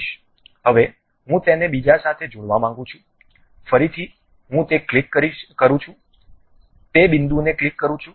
હવે હું તેને બીજા સાથે જોડાવા માંગુ છું ફરીથી હું તે ક્લિક કરું છું તે બિંદુને ક્લિક કરું છું